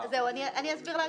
אני אסביר ליושב-ראש,